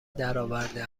درآورده